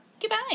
Goodbye